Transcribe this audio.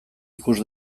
ikus